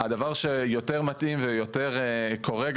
הדבר שיותר מתאים ויותר קורה,